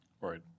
Right